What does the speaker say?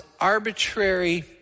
arbitrary